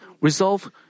resolve